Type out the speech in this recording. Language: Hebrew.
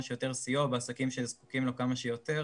שיותר סיוע בעסקים שזקוקים לו כמה שיותר